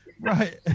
Right